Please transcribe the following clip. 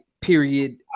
period